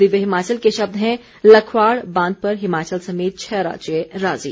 दिव्य हिमाचल के शब्द हैं लखवाड़ बांध पर हिमाचल समेत छह राज्य राजी